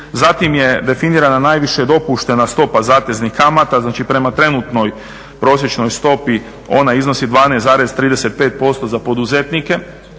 Zatim je definirana najviša dopuštena stopa zateznih kamata. Znači prema trenutnoj prosječnoj stopi ona iznosi 12,35% za poduzetnike.